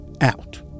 out